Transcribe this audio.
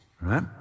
right